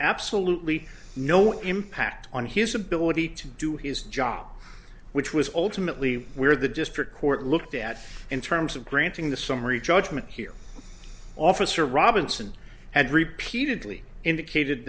absolutely no impact on his ability to do his job which was ultimately where the district court looked at in terms of granting the summary judgment here officer robinson had repeatedly indicated